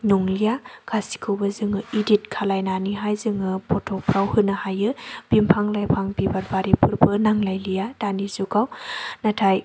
नंलिया गासैखौबो जोङो एडिट खालामनानैहाय जोङो फथ'फ्राव होनो हायो बिफां लाइफां बिबारबारि बेफोरबो नांलायलिया दानि जुगाव नाथाय